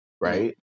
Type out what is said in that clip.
right